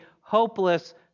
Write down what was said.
hopeless